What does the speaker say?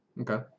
okay